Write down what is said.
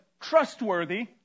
trustworthy